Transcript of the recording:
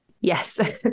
Yes